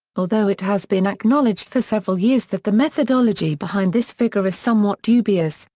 although it has been acknowledged for several years that the methodology behind this figure is somewhat dubious,